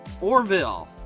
Orville